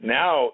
now